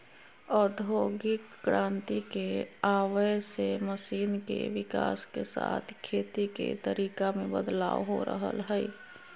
औद्योगिक क्रांति के आवय से मशीन के विकाश के साथ खेती के तरीका मे बदलाव हो रहल हई